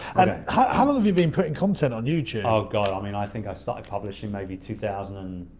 ah how long have you been putting content on youtube? oh god, i mean i think i started publishing maybe two thousand and